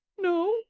No